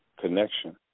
connection